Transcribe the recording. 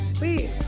wait